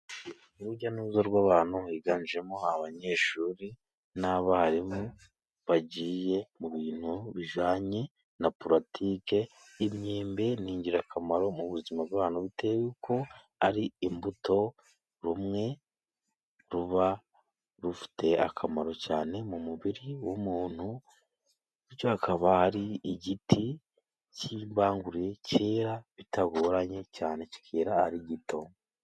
Urujya n'uruza rw'abantu, higanjemo abanyeshuri, n'abarimu, bagiye mu bintu bijyanye na politiki, imyembe n'ingirakamaro mu buzima, bw'abantu bitewe n'uko ari imbuto, ni rumwe ruba rufite akamaro cyane, mu mubiri w'umuntu, bityo akaba ari igiti cy'impangurire cyera bitagoranye cyane kikera ari gito.